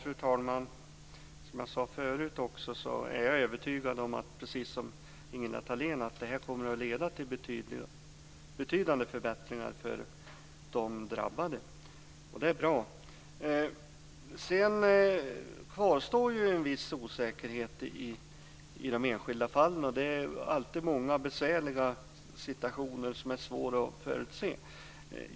Fru talman! Som jag sade förut är jag, precis som Ingela Thalén, övertygad om att det här kommer att leda till betydande förbättringar för de drabbade. Det är bra. Det kvarstår ju en viss osäkerhet i de enskilda fallen. Det är alltid många besvärliga situationer som är svåra att förutse.